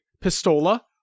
Pistola